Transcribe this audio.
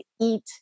eat